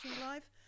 live